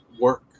work